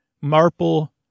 Marple